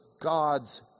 God's